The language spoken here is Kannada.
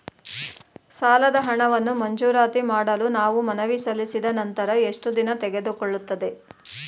ಸಾಲದ ಹಣವನ್ನು ಮಂಜೂರಾತಿ ಮಾಡಲು ನಾವು ಮನವಿ ಸಲ್ಲಿಸಿದ ನಂತರ ಎಷ್ಟು ದಿನ ತೆಗೆದುಕೊಳ್ಳುತ್ತದೆ?